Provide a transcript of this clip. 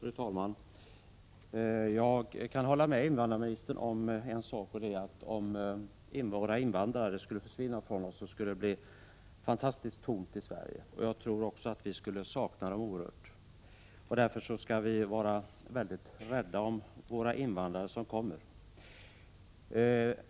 Fru talman! Jag kan hålla med invandrarministern om en sak: Om våra invandrare skulle försvinna från oss, skulle det bli fantastiskt tomt i Sverige. Jag tro också att vi skulle komma att sakna dem oerhört, och därför skall vi vara mycket rädda om de invandrare som kommer hit.